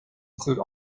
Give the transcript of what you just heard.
include